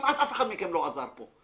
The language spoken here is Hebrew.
כמעט אף אחד מכם לא עזר פה,